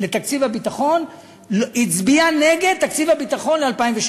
לתקציב הביטחון הצביעה נגד תקציב הביטחון ל-2016.